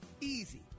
easy